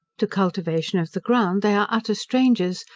to cultivation of the ground they are utter strangers,